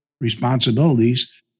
responsibilities